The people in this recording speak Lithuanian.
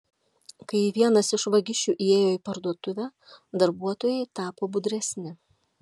kai vienas iš vagišių įėjo į parduotuvę darbuotojai tapo budresni